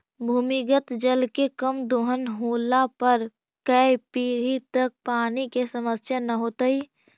भूमिगत जल के कम दोहन होला पर कै पीढ़ि तक पानी के समस्या न होतइ